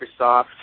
Microsoft